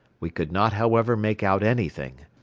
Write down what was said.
we could not, however, make out anything.